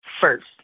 first